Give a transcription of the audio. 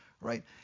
Right